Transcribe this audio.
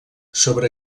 sobre